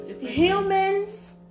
humans